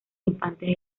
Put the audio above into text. infantes